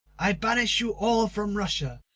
i banish you all from russia.